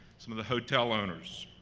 some of the hotel owners,